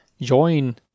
join